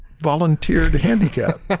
volunteer to handicap.